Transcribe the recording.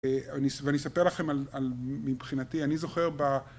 ואני אספר לכם על... מבחינתי אני זוכר